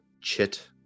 chit